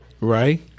Right